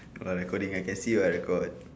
got lah recording I can see [what] record